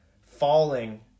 falling